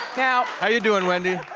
now how you doin', wendy?